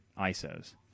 ISOs